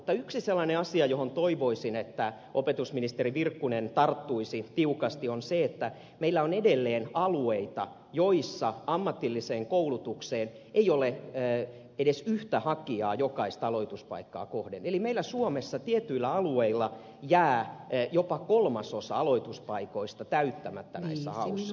mutta yksi sellainen asia johon toivoisin että opetusministeri virkkunen tarttuisi tiukasti on se että meillä on edelleen alueita joissa ammatilliseen koulutukseen ei ole edes yhtä hakijaa jokaista aloituspaikkaa kohden eli meillä suomessa tietyillä alueilla jää jopa kolmasosa aloituspaikoista täyttämättä näissä hauissa